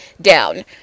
down